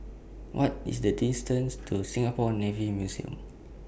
What IS The distance to Singapore Navy Museum